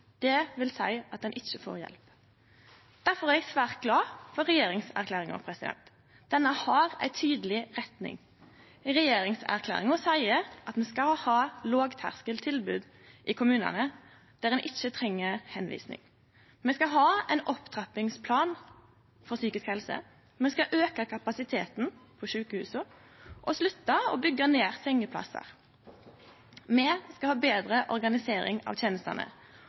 at ein ikkje får hjelp. Difor er eg svært glad for regjeringserklæringa, der me har ei tydeleg retning. Regjeringserklæringa seier at ein skal ha lågterskeltilbod i kommunane, der ein ikkje treng tilvising. Me skal ha ein opptrappingsplan for psykisk helse, me skal auke kapasiteten på sjukehusa og slutte å byggje ned sengeplassar. Me skal ha betre organisering av tenestene,